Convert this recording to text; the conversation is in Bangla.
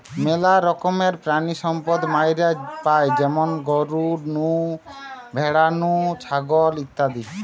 মেলা রকমের প্রাণিসম্পদ মাইরা পাই যেমন গরু নু, ভ্যাড়া নু, ছাগল ইত্যাদি